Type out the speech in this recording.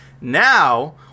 Now